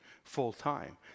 full-time